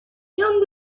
young